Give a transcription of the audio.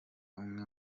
umwe